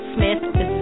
Smith